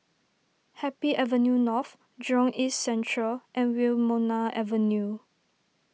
Happy Avenue North Jurong East Central and Wilmonar Avenue